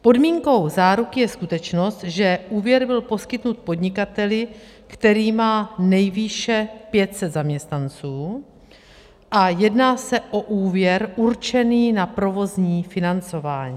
Podmínkou záruky je skutečnost, že úvěr byl poskytnut podnikateli, který má nejvýše 500 zaměstnanců a jedná se o úvěr určený na provozní financování.